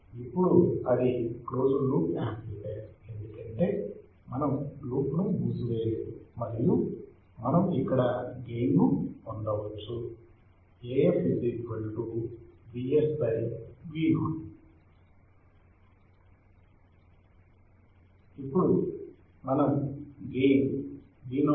ఇప్పుడు అది closed loop amplifier ఎందుకంటే మనం లూప్ను మూసివేయలేదు మరియు ఇక్కడ మనం గెయిన్ ను పొందవచ్చు Af Vs Vo ఇప్పుడు మనం గెయిన్ Vo Vi